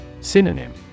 Synonym